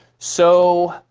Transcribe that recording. so